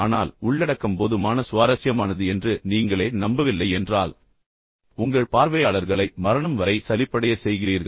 ஆனால் உள்ளடக்கம் போதுமான சுவாரஸ்யமானது என்று நீங்களே நம்பவில்லை என்றால் உங்கள் பார்வையாளர்களை மரணம் வரை சலிப்படையச் செய்கிறீர்கள்